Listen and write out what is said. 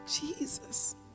Jesus